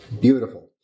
Beautiful